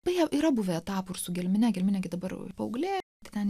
tai jo yra buvę etapų ir su gelmine gelminė gi dabar paauglė ten